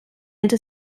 into